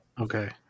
Okay